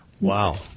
Wow